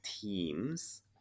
teams